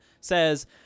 says